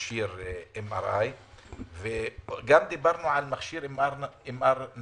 מכשיר MRI. דיברנו גם על מכשיר MRI נייד,